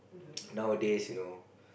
nowadays you know